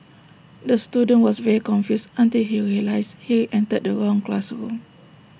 the student was very confused until he realised he entered the wrong classroom